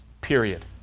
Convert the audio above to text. period